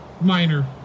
Minor